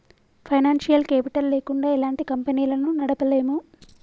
financial capital లేకుండా ఎలాంటి కంపెనీలను నడపలేము